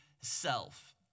self